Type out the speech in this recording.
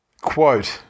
Quote